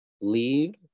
leave